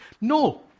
No